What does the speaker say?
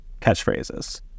catchphrases